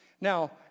Now